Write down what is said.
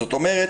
זאת אומרת,